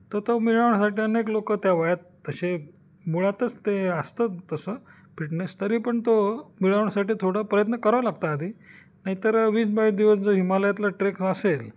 तर तो मिळवण्यासाठी अनेक लोक त्या वयात तशे मुळातच ते असतं तसं फिटनेस तरी पण तो मिळवण्यासाठी थोडा प्रयत्न करावा लागत आधी नाहीतर वीस बावीस दिवस जर हिमालयातला ट्रेक असेल